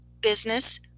business